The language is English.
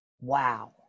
Wow